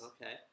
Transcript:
Okay